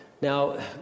Now